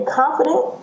confident